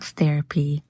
therapy